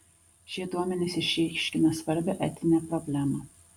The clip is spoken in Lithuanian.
šie duomenys išryškina svarbią etinę problemą